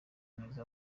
neza